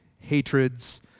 hatreds